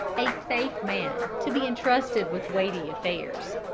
a safe man to be intrusted with weighty affairs.